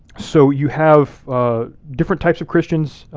so you have different types of christians,